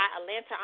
Atlanta